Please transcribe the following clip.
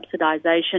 subsidisation